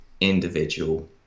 individual